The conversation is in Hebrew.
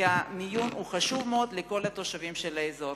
כי חדר המיון חשוב מאוד לכל תושבי האזור.